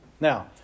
Now